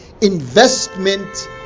investment